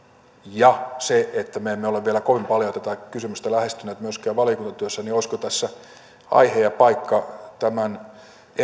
ja sen että me emme ole vielä kovin paljon tätä kysymystä lähestyneet myöskään valiokuntatyössä olisiko tässä aihe ja paikka tämän